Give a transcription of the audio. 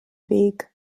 weg